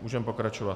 Můžeme pokračovat.